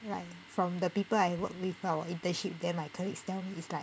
like from the people I work with lah 我 internship there my colleagues there is like